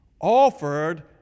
offered